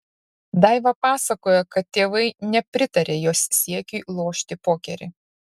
daiva pasakoja kad tėvai nepritarė jos siekiui lošti pokerį